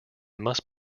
must